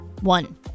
One